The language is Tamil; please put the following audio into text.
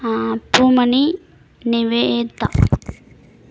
பூமணி நிவேதா